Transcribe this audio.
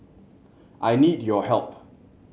I need your help